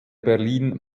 berlin